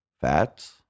fats